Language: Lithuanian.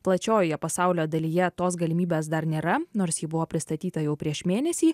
plačiojoje pasaulio dalyje tos galimybės dar nėra nors ji buvo pristatyta jau prieš mėnesį